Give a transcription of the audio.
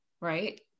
right